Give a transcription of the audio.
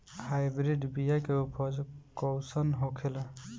Hybrid बीया के उपज कैसन होखे ला?